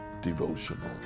devotional